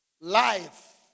Life